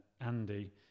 andy